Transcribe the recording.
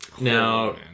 now